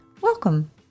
Welcome